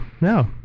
No